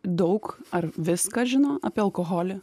daug ar viską žino apie alkoholį